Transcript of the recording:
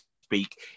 speak